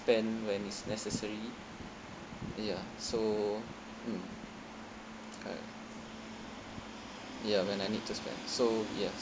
spend when it's necessary ya so mm correct ya when I need to spend so yes